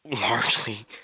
largely